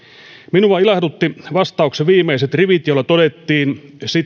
minua ilahduttivat vastauksen viimeiset rivit joilla todettiin